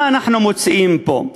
מה אנחנו מוצאים פה?